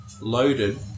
loaded